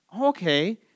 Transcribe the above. okay